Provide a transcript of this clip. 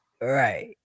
right